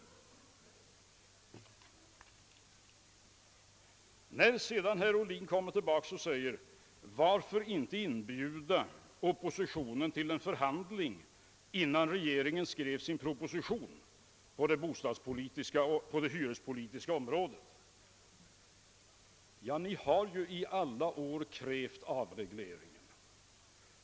Herr Ohlin frågade vidare varför regeringen inte ville inbjuda oppositionen till en förhandling innan regeringen utarbetade sin proposition på det hyrespolitiska området. Ja, ni har i alla år krävt avveckling av hyresregleringen.